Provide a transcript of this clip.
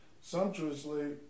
sumptuously